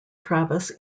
travis